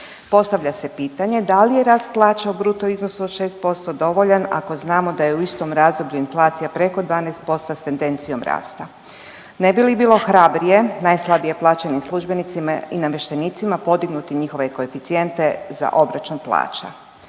Postavlja se pitanje da li je rast plaća u bruto iznosu od 6% dovoljan ako znamo da je u istom razdoblju inflacija preko 12% s tendencijom rasta? Ne bi li bilo hrabrije najslabije plaćenim službenicima i namještenicima podignuti njihove koeficijente za obračun plaća?